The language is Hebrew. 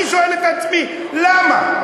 אני שואל את עצמי, למה.